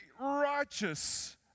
righteous